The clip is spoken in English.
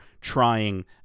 trying